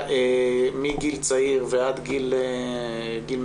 מגיל צעיר ועד גיל מבוגר,